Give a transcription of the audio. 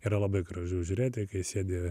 yra labai gražu žiūrėti kai sėdi